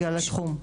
בגלל הסכום.